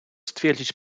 stwierdzić